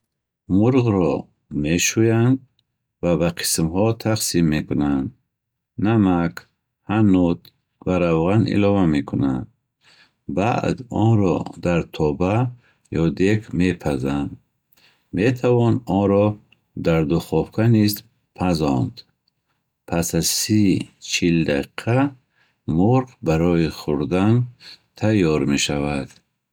Мурғро мешӯянд ва ба қисмҳо тақсим мекунанд. Намак, ҳанут ва равған илова мекунанд. Баъд онро дар тоба ё дег мепазанд. Метавон онро дар духовка низ пазонд. Пас аз си чил дақиқа мурғ барои хурдан тайёр мешавад.